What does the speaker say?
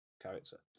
character